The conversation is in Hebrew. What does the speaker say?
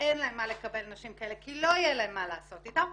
שאין להם מה לקבל נשים כאלה כי לא יהיה להם מה לעשות איתם,